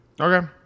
Okay